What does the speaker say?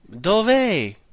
Dove